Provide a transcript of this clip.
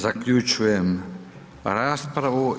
Zaključujem raspravu.